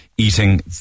eating